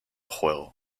juego